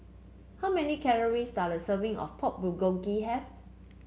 how many calories does a serving of Pork Bulgogi have